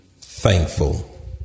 thankful